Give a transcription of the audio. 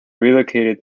relocated